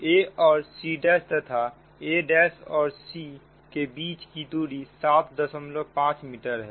a और c' तथा a' और c के बीच की दूरी 75 मीटर है